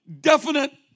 definite